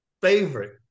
favorite